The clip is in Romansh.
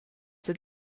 dad